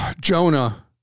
Jonah